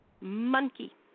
Monkey